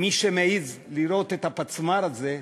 מי שמעז לירות את הפצמ"ר הזה,